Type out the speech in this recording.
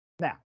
Now